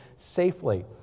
safely